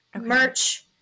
merch